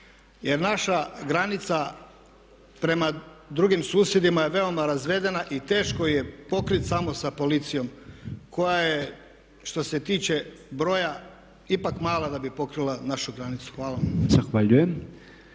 jer naša granica prema drugim susjedima je veoma razvedena i teško je pokriti samo sa policijom koja je što se tiče broja ipak mala da bi pokrila našu granicu. Hvala